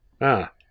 Ah